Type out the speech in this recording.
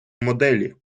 моделі